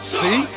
see